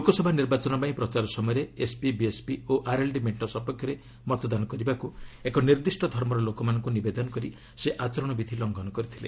ଲୋକସଭା ନିର୍ବାଚନ ପାଇଁ ପ୍ରଚାର ସମୟରେ ଏସ୍ପି ବିଏସ୍ପି ଓ ଆର୍ଏଲ୍ଡି ମେଣ୍ଟ ସପକ୍ଷରେ ମତଦାନ କରିବାକୁ ଏକ ନିର୍ଦ୍ଦିଷ୍ଟ ଧର୍ମର ଲୋକମାନଙ୍କୁ ନିବେଦନ କରି ସେ ନିର୍ବାଚନ ଆଚରଣ ବିଧି ଲଙ୍ଘନ କରିଥିଲେ